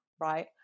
right